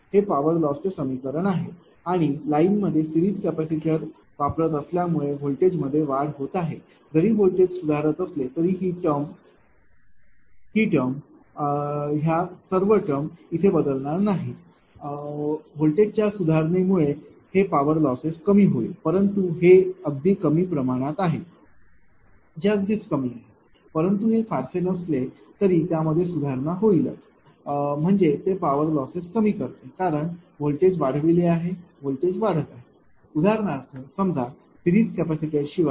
हे power loss चे समीकरण आहे आणि लाईन मध्ये सिरीज कॅपेसिटर वापरत असल्यामुळे व्होल्टेजमध्ये वाढ होत आहे जरी व्होल्टेज सुधारत असले तरी हि टर्म हि टर्म या सर्व टर्म इथे बदलणार नाहीत व्होल्टेजच्या सुधारणेमुळे हे पॉवर लॉसेस कमी होईल परंतु हे अगदी कमी प्रमाणात आहे जे अगदीच कमी आहे परंतु हे फारसे नसले तरी त्यामध्ये सुधारणा होईलच म्हणजे ते पावर लॉसेस कमी करते कारण व्होल्टेज वाढले आहे व्होल्टेज वाढत आहे उदाहरणार्थ समजा सिरीज कॅपेसिटरशिवाय